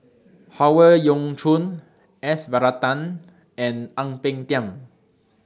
Howe Yoon Chong S Varathan and Ang Peng Tiam